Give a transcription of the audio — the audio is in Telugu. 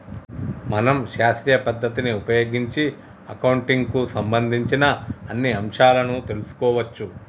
మనం శాస్త్రీయ పద్ధతిని ఉపయోగించి అకౌంటింగ్ కు సంబంధించిన అన్ని అంశాలను తెలుసుకోవచ్చు